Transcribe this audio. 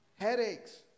Headaches